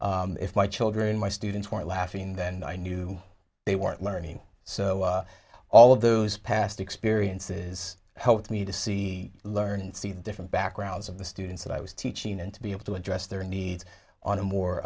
if my children my students weren't laughing then i knew they weren't learning so all of those past experiences helped me to see learn and see the different backgrounds of the students that i was teaching and to be able to address their needs on a